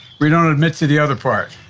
we don't admit to the other part.